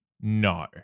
No